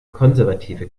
konservative